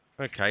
Okay